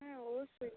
হ্যাঁ অবশ্যই